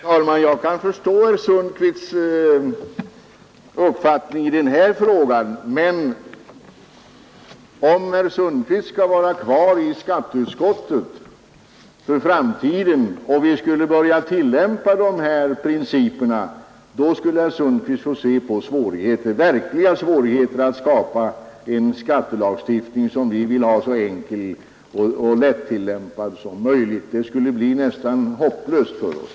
Herr talman! Jag kan förstå herr Sundkvists uppfattning i denna fråga. Men om herr Sundkvist skall vara kvar i skatteutskottet för framtiden och vi skall börja tillämpa de här principerna, då får herr Sundkvist se på svårigheter, verkliga svårigheter, att skapa en skattelagstiftning som vi vill ha så enkel och lättillämpad som möjligt. Det skulle bli nästan hopplöst för oss.